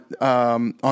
on